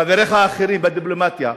חבריך האחרים, בדיפלומטיה,